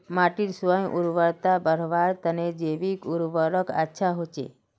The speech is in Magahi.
माटीर स्व उर्वरता बढ़वार तने जैविक उर्वरक अच्छा होचे